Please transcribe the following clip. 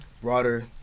broader